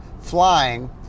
flying